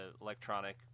electronic